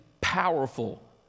powerful